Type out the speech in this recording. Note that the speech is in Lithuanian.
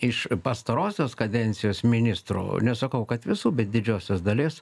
iš pastarosios kadencijos ministrų nesakau kad visų bet didžiosios dalies